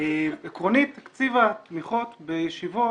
עקרונית תקציב התמיכות בישיבות,